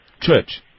Church